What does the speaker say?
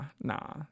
nah